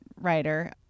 writer